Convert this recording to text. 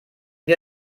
wir